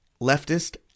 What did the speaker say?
leftist